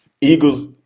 Eagles